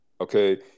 okay